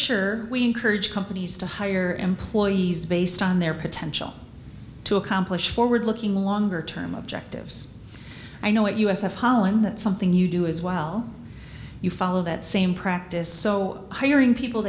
disher we encourage companies to hire employees based on their potential to accomplish forward looking longer term objectives i know what us have holland that something you do as well you follow that same practice so hiring people